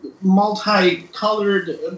multi-colored